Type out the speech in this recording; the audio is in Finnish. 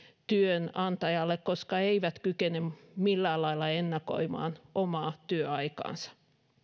työnantajalle koska he eivät kykene millään lailla ennakoimaan omaa työaikaansa